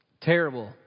Terrible